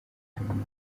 kaminuza